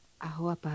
Ahuapa